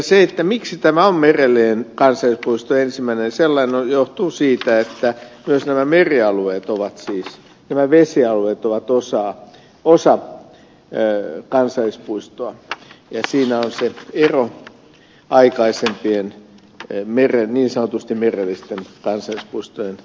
se miksi tämä on ensimmäinen merellinen kansallispuisto johtuu siitä että myös nämä merialueet siis nämä vesialueet ovat osa kansallispuistoa ja siinä on se ero aikaisempien niin sanotusti merellisten kansallispuistojen suhteen